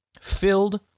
filled